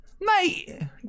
Mate